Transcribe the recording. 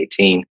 2018